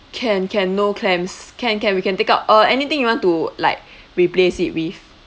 can can no clams can can we can take out uh anything you want to like replace it with